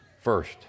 First